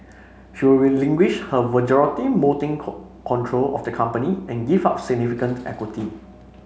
she will relinquish her majority voting con control of the company and give up significant equity